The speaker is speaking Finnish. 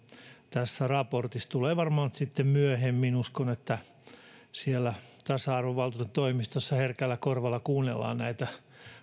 tässä raportissa se tulee varmaan nyt sitten myöhemmin uskon että siellä tasa arvovaltuutetun toimistossa herkällä korvalla kuunnellaan näitä